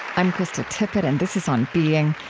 i'm krista tippett, and this is on being.